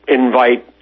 invite